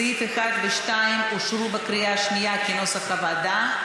סעיפים 1 ו-2 אושרו בקריאה שנייה כנוסח הוועדה.